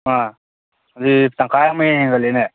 ꯑꯥ ꯑꯗꯨꯗꯤ ꯇꯪꯈꯥꯏꯃ ꯍꯦꯟꯒꯠꯂꯦꯅꯦ